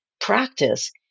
practice